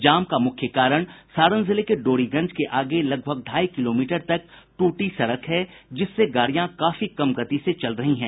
जाम का मुख्य कारण सारण जिले के डोरीगंज के आगे लगभग ढ़ाई किलोमीटर तक टूटी सड़क है जिससे गाड़ियां काफी कम गति से चल रही हैं